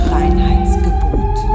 Reinheitsgebot